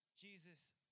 Jesus